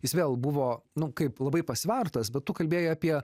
jis vėl buvo nu kaip labai pasvertas bet tu kalbėjai apie